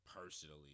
personally